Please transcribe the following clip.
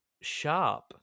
sharp